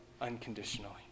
unconditionally